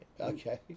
Okay